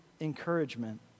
encouragement